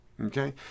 Okay